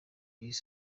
his